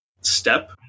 step